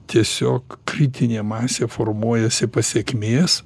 tiesiog kritinė masė formuojasi pasekmės